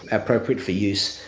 appropriate for use,